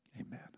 amen